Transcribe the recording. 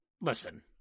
listen